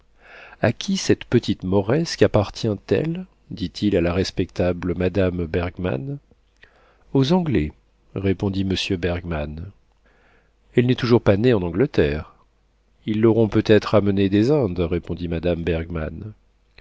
a qui cette petite moresque appartient elle dit-il à la respectable madame bergmann aux anglais répondit monsieur bergmann elle n'est toujours pas née en angleterre ils l'auront peut-être amenée des indes répondit madame